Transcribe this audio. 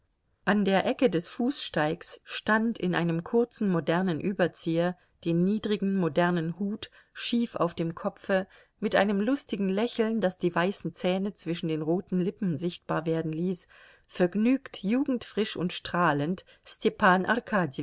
an der ecke des fußsteigs stand in einem kurzen modernen überzieher den niedrigen modernen hut schief auf dem kopfe mit einem lustigen lächeln das die weißen zähne zwischen den roten lippen sichtbar werden ließ vergnügt jugendfrisch und strahlend stepan